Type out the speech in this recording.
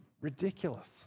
ridiculous